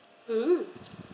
mm